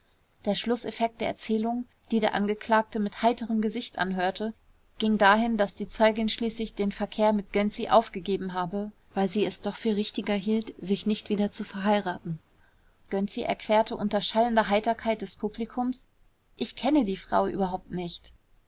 der schlußeffekt der erzählung die der angeklagte mit heiterem gesicht anhörte ging dahin daß die zeugin schließlich den verkehr mit gönczi aufgegeben habe weil sie es doch für richtiger hielt sich nicht wieder zu verheiraten gönczi erklärte unter schallender heiterkeit des publikums ich kenne die frau überhaupt nicht